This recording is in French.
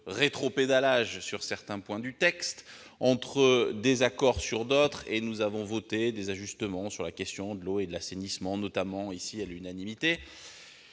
rétropédalage sur certains aspects et désaccord sur d'autres, nous avons adopté des ajustements sur la question de l'eau et de l'assainissement, notamment, à l'unanimité.